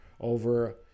over